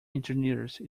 engineers